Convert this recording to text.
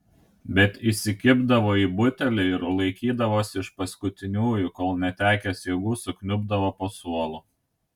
bet įsikibdavo į butelį ir laikydavosi iš paskutiniųjų kol netekęs jėgų sukniubdavo po suolu